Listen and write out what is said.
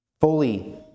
fully